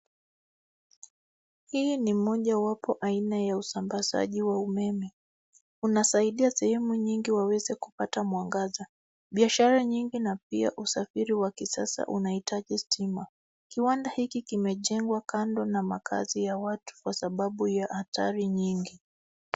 Hii ni mojawapo aina ya usambazaji wa umeme, unasaidia sehemu nyingi waweze kupata mwangaza. Biashara nyingi na pia usafiri wa kisasa unahitaji stima. Kiwanda hiki kimejengwa kando na makazi ya watu kwa sababu ya hatari nyingi.